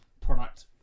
product